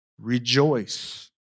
rejoice